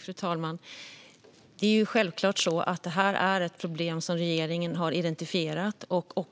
Fru talman! Detta är självklart ett problem som regeringen har identifierat, och vi